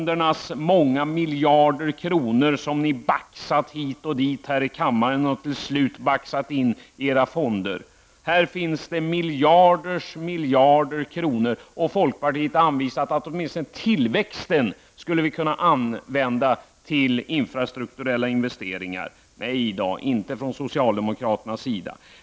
De pengar som ni har baxat hit och dit i kammaren och till slut baxat in i löntagarfonderna uppgår till miljarders miljarders kronor, och folkpartiet har anvisat att åtminstone tillväxten borde vi kunna använda till infrastrukturinvesteringar. Nej då, det tycker inte socialdemokraterna.